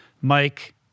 Mike